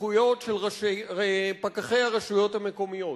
סמכויות של פקחי הרשויות המקומיות,